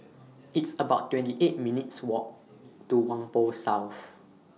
It's about twenty eight minutes' Walk to Whampoa South